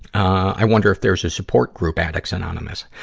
i wonder if there's a support group addicts anonymous.